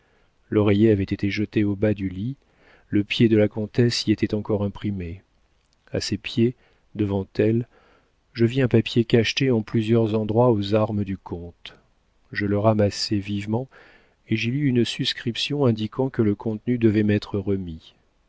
l'oreiller avait été jeté en bas du lit le pied de la comtesse y était encore imprimé à ses pieds devant elle je vis un papier cacheté en plusieurs endroits aux armes du comte je le ramassai vivement et j'y lus une suscription indiquant que le contenu devait m'être remis